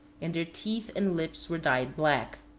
and their teeth and lips were dyed black.